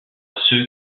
ceux